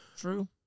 true